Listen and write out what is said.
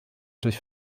durch